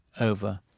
over